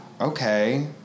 Okay